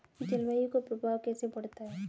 जलवायु का प्रभाव कैसे पड़ता है?